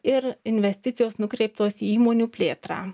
ir investicijos nukreiptos į įmonių plėtrą